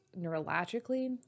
neurologically